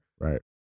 Right